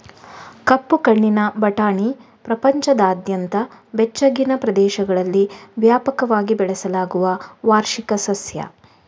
ಕಪ್ಪು ಕಣ್ಣಿನ ಬಟಾಣಿ ಪ್ರಪಂಚದಾದ್ಯಂತ ಬೆಚ್ಚಗಿನ ಪ್ರದೇಶಗಳಲ್ಲಿ ವ್ಯಾಪಕವಾಗಿ ಬೆಳೆಸಲಾಗುವ ವಾರ್ಷಿಕ ಸಸ್ಯ